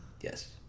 Yes